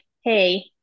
hey